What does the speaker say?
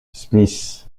smith